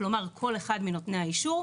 כלומר כל אחד מנותני האישור,